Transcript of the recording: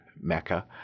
Mecca